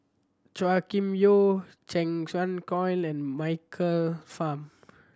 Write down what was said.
Chua Kim Yeow Cheng Xin Colin and Michael Fam